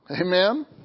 Amen